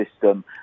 system